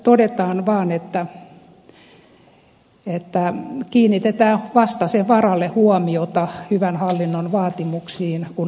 todetaan vaan että kiinnitetään vastaisen varalle huomiota hyvän hallinnon vaatimuksiin kun ansiovertailuja tehdään